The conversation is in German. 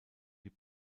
die